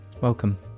Welcome